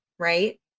Right